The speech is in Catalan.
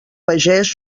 pagès